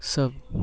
सभ